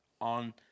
on